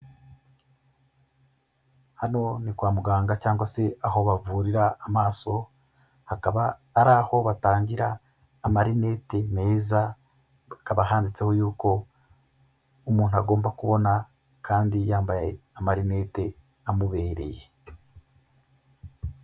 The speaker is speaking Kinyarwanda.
Hano ni kwa muganga cyangwa se aho bavurira amaso, hakaba ari aho batangira amarinete meza hakaba handitseho yuko umuntu agomba kubona kandi yambaye amarinete amubereye.